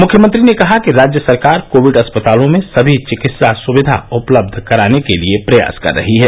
मुख्यमंत्री ने कहा कि राज्य सरकार कोविड अस्पतालों में सभी चिकित्सा सुविधा उपलब्ध कराने के लिए प्रयास कर रही है